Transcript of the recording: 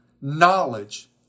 knowledge